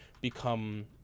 become